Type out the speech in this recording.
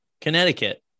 Connecticut